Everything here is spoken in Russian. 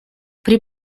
при